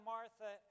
Martha